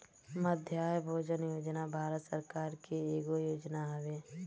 मध्याह्न भोजन योजना भारत सरकार के एगो योजना हवे